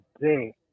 day